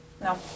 No